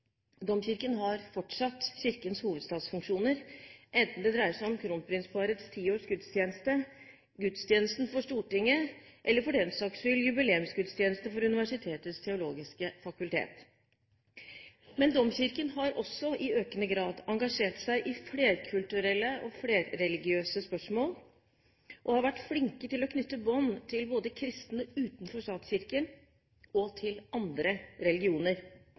Domkirken har fortsatt Kirkens hovedstadsfunksjoner, enten det dreier seg om kronprinsparets tiårs gudstjeneste, gudstjenesten for Stortinget eller, for den saks skyld, jubileumsgudstjeneste for Universitetets teologiske fakultet. Men Domkirken har også i økende grad engasjert seg i flerkulturelle og flerreligiøse spørsmål og vært flink til å knytte bånd både til kristne utenfor statskirken og til andre religioner.